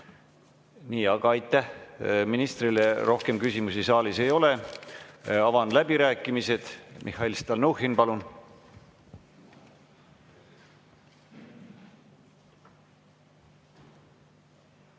Aga aitäh ministrile! Rohkem küsimusi saalis ei ole. Avan läbirääkimised. Mihhail Stalnuhhin, palun!